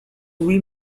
louis